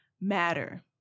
matter